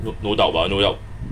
no no doubt ah no doubt